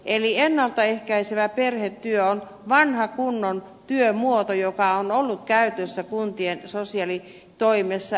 ennalta ehkäisevä perhetyö on vanha kunnon työmuoto joka on ollut käytössä kuntien sosiaalitoimessa